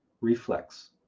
reflex